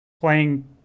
playing